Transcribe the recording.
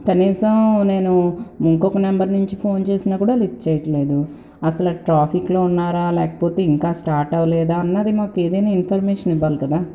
కనీసం నేను ఇంకొక నెంబర్ నుంచి ఫోన్ చేసినా కూడా లిఫ్ట్ చేయట్లేదు అసలు ట్రాఫిక్లో ఉన్నారా లేకపోతే ఇంకా స్టార్ట్ అవ్వలేదా అన్నది మాకు ఏదైనా ఇన్ఫర్మేషన్ ఇవ్వాలి కదా